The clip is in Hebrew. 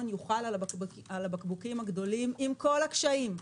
יוחל על הבקבוקים הגדולים עם כל הקשיים.